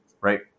right